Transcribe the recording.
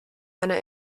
eine